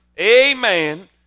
Amen